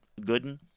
Gooden